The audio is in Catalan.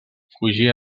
fugir